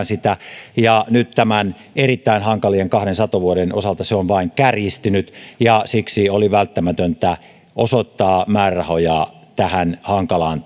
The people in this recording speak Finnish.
sitä ja nyt näiden kahden erittäin hankalan satovuoden jälkeen se on vain kärjistynyt ja siksi oli välttämätöntä osoittaa määrärahoja tähän hankalaan